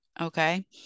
okay